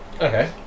Okay